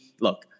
look